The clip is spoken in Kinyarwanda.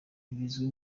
ntibizwi